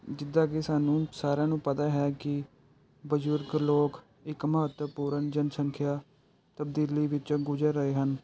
ਜਿੱਦਾ ਕਿ ਸਾਨੂੰ ਸਾਰਿਆਂ ਨੂੰ ਪਤਾ ਹੈ ਕਿ ਬਜ਼ੁਰਗ ਲੋਕ ਇੱਕ ਮਹੱਤਵਪੂਰਨ ਜਨਸੰਖਿਆ ਤਬਦੀਲੀ ਵਿੱਚੋਂ ਗੁਜ਼ਰ ਰਹੇ ਹਨ